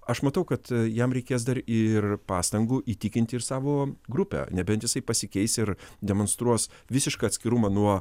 aš matau kad jam reikės dar ir pastangų įtikinti ir savo grupę nebent jisai pasikeis ir demonstruos visišką atskirumą nuo